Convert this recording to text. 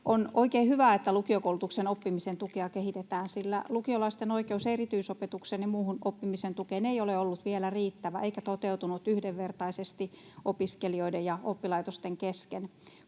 On oikein hyvä, että lukiokoulutuksen oppimisen tukea kehitetään, sillä lukiolaisten oikeus erityisopetukseen ja muuhun oppimisen tukeen ei ole ollut vielä riittävä eikä toteutunut yhdenvertaisesti opiskelijoiden ja oppilaitosten kesken.